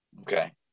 Okay